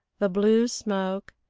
the blue smoke,